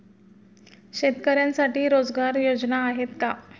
शेतकऱ्यांसाठी रोजगार योजना आहेत का?